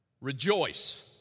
Rejoice